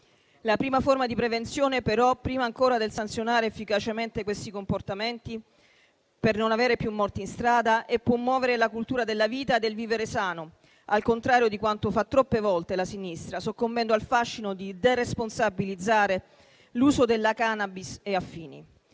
La prima forma di prevenzione, però, prima ancora del sanzionare efficacemente questi comportamenti, per non avere più morti in strada è promuovere la cultura della vita e del vivere sano, al contrario di quanto fa troppe volte la sinistra, soccombendo al fascino di deresponsabilizzare l'uso della *cannabis* e affini.